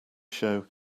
show